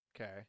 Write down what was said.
okay